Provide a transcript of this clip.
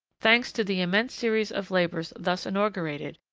thanks to the immense series of labors thus inaugurated,